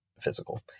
physical